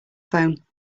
phone